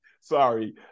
sorry